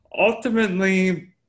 ultimately